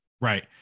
Right